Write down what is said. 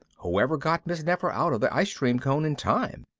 whoever got miss nefer out of the ice cream cone in time?